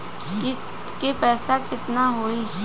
किस्त के पईसा केतना होई?